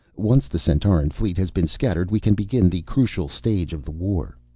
once the centauran fleet has been scattered we can begin the crucial stage of the war.